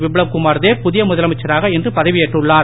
பிப்லப் குமார் தேப் புதிய முதலமைச்சராக இன்று பதவியேற்றுள்ளார்